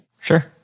Sure